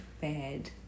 bad